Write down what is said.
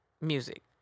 music